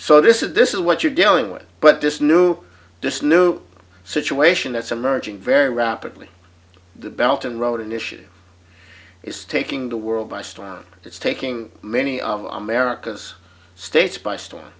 so this is this is what you're dealing with but this new this new situation that's emerging very rapidly the belt and wrote an issue is taking the world by storm it's taking many of america's states by storm